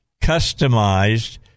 customized